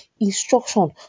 instruction